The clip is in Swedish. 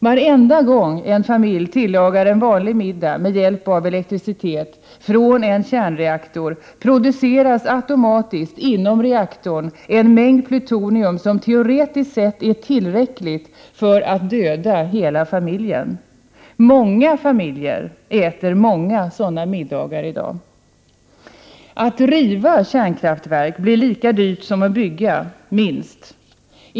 Varenda gång en familj tillagar en vanlig middag med hjälp av elektricitet från en kärnreaktor, produceras automatiskt inom reaktorn en mängd plutonium som teoretiskt sett är tillräckligt för att döda hela familjen. Många familjer äter många sådana middagar i dag. Att riva kärnkraftverk blir lika dyrt som att bygga — minst.